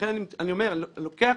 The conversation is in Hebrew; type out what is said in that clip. אני לוקח